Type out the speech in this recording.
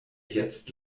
jetzt